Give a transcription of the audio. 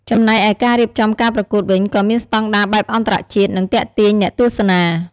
ចំណែកឯការរៀបចំការប្រកួតវិញក៏មានស្តង់ដារបែបអន្តរជាតិ និងទាក់ទាញអ្នកទស្សនា។